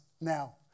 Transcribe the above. now